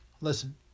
Listen